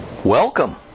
Welcome